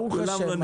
ברוך השם.